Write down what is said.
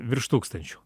virš tūkstančio